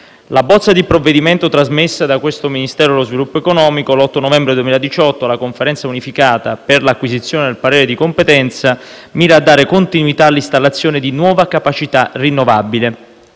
La bozza di provvedimento trasmessa dal Ministero dello sviluppo economico l'8 novembre 2018 alla Conferenza unificata per l'acquisizione del parere di competenza mira a dare continuità all'installazione di nuova capacità rinnovabile,